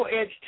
edge